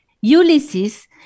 Ulysses